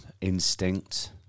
instinct